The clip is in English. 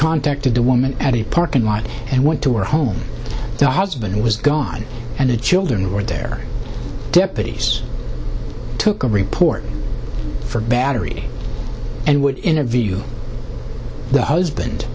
contacted the woman at the parking lot and went to her home the husband was gone and the children or their deputies took a report for battery and would interview the husband